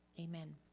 Amen